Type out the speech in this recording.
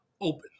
Open